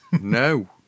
No